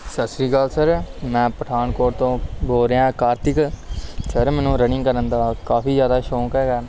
ਸਤਿ ਸ਼੍ਰੀ ਅਕਾਲ ਸਰ ਮੈਂ ਪਠਾਨਕੋਟ ਤੋਂ ਬੋਲ ਰਿਹਾ ਕਾਰਤਿਕ ਸਰ ਮੈਨੂੰ ਰਨਿੰਗ ਕਰਨ ਦਾ ਕਾਫੀ ਜ਼ਿਆਦਾ ਸੌਂਕ ਹੈਗਾ